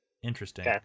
Interesting